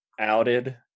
outed